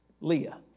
Leah